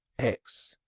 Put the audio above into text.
x!